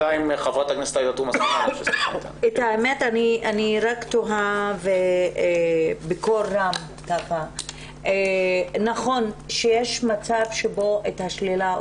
אני רק תוהה בקול רם: נכון שיש מצב שבו השלילה היא